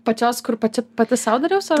pačios kur pati pati sau dariausi ar